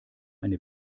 eine